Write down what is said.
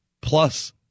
plus